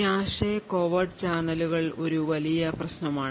cache covert ചാനലുകൾ ഒരു വലിയ പ്രശ്നമാണ്